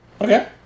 Okay